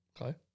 Okay